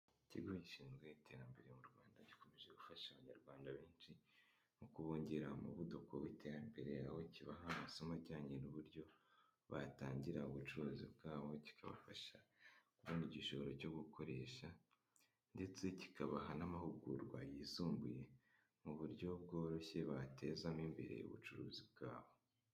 Ikigo ishinzwe iterambere mu Rwanda gikomeje gufasha abanyarwanda benshi mu kubongera umuvuduko w'iterambere, aho kibaha amasomo ajyanye n'uburyo batangira ubucuruzi bwabo kikabafasha kubona igishoro cyo gukoresha, ndetse kikabaha n'amahugurwa yisumbuye mu buryo bworoshye batezamo imbere ubucuruzi bwawe.